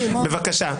בבקשה.